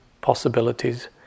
possibilities